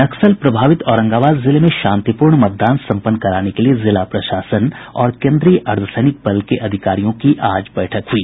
नक्सल प्रभावित औरंगाबाद जिले में शांतिपूर्ण मतदान सम्पन्न कराने के लिए जिला प्रशासन और केन्द्रीय अर्द्वसैनिक बल के अधिकारियों की बैठक हुई